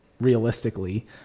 realistically